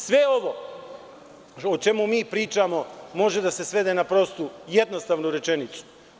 Sve ovo o čemu mi pričamo može da se svede na prostu jednostavnu rečenicu.